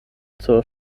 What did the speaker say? zur